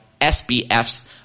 SBF's